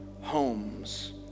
homes